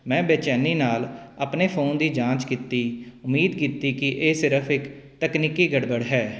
ਮੈਂ ਬੇਚੈਨੀ ਨਾਲ ਆਪਣੇ ਫੋਨ ਦੀ ਜਾਂਚ ਕੀਤੀ ਉਮੀਦ ਕੀਤੀ ਕਿ ਇਹ ਸਿਰਫ ਇੱਕ ਤਕਨੀਕੀ ਗੜਬੜ ਹੈ